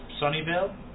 Sunnyvale